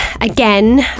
again